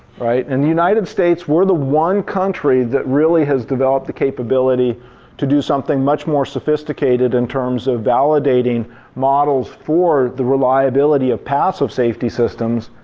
right? and the united states we're the one country that really has developed the capability to do something much more sophisticated in terms of validating models for the reliability of passive safety systems.